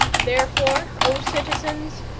therefore, o citizens,